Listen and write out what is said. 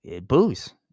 booze